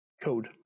code